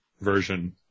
version